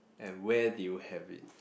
and where did you have it